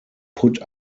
put